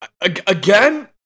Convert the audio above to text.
Again